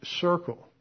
circle